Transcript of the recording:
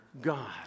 God